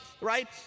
right